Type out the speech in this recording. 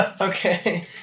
Okay